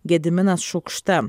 gediminas šukšta